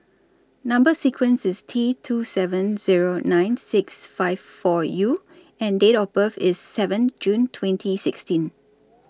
Number sequence IS T two seven Zero nine six five four U and Date of birth IS seven June twenty sixteen